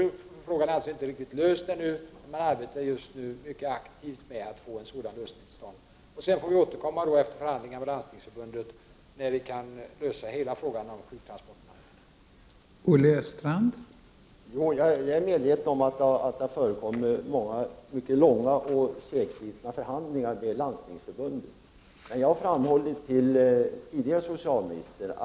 Frågan är alltså inte riktigt löst ännu. Men man arbetar just nu mycket aktivt för att få till stånd en lösning. Vi får således återkomma efter förhandlingarna med Landstingsförbundet. Då kan vi klara hela frågan om sjuktransporterna.